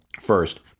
First